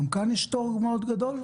גם כאן יש תור מאוד גדול?